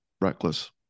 reckless